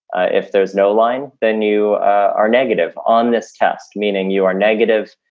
ah if there's no line, then you are negative on this test, meaning you are negative,